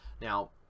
Now